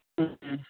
ம் ம்